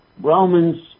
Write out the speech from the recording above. Romans